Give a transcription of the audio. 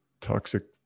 toxic